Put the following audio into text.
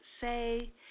say